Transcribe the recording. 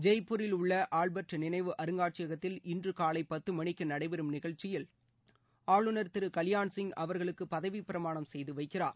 ஜெய்ப்பூரில் உள்ள ஆல்பட் நினைவு அருங்காட்சியகத்தில் இன்று காலை பத்து மணிக்கு நடைபெறும் நிகழ்ச்சியில் ஆளுநர் திரு கல்யாண்சிங் அவர்களுக்கு பதவிப் பிரமாணம் செய்து வைக்கிறார்